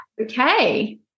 okay